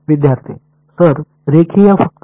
विद्यार्थीः सर रेखीय फक्त